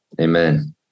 Amen